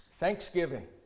Thanksgiving